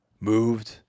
moved